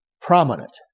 prominent